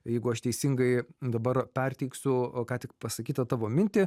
jeigu aš teisingai dabar perteiksiu ką tik pasakytą tavo mintį